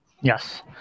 Yes